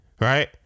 Right